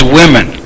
women